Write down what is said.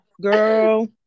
girl